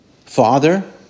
father